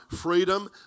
freedom